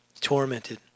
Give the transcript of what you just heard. tormented